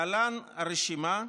להלן רשימה,